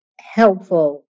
helpful